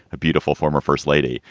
a beautiful former first lady,